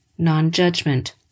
non-judgment